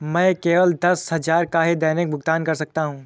मैं केवल दस हजार का ही दैनिक भुगतान कर सकता हूँ